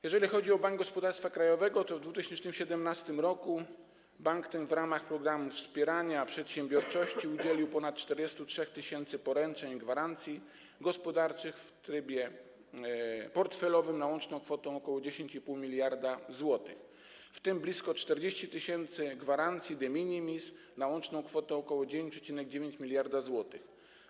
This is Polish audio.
Jeżeli chodzi o Bank Gospodarstwa Krajowego, to w 2017 r. bank ten w ramach programu wspierania przedsiębiorczości udzielił ponad 43 tys. poręczeń i gwarancji gospodarczych w trybie portfelowym na łączną kwotę ok. 10,5 mld zł, w tym blisko 40 tys. gwarancji de minimis na łączną kwotę ok. 9,9 mld zł.